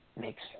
makes